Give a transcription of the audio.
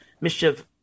mischief